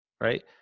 right